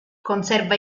conserva